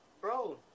bro